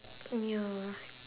mm ya